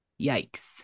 yikes